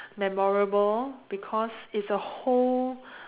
memorable because it's a whole